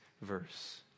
verse